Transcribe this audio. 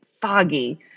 foggy